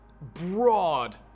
broad